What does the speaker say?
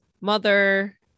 mother